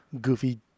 goofy